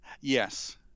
Yes